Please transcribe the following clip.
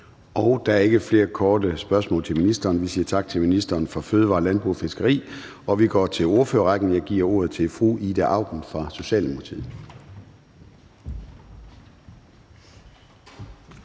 Der er ikke flere korte bemærkninger til ministeren. Vi siger tak til ministeren for fødevarer, landbrug og fiskeri og går til ordførerrækken. Jeg giver ordet til fru Ida Auken fra Socialdemokratiet.